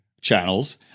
channels